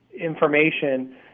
information –